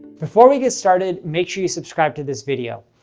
before we get started, make sure you subscribe to this video.